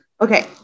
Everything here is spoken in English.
Okay